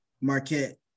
Marquette